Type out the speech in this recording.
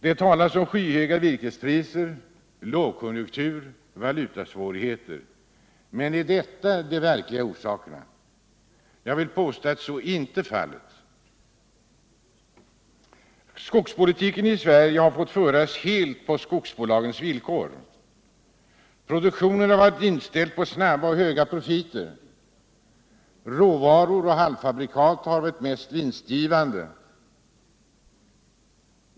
Det talas om skyhöga virkespriser, lågkonjunktur och valutasvårigheter, men är detta de verkliga orsakerna? Jag vill påstå att så inte är fallet. Skogspolitiken i Sverige har fått föras helt på skogsbolagens villkor. Produktionen har varit inställd på snabba och höga profiter. Råvaror och halvfabrikat har varit mest vinstgivande.